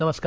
नमस्कार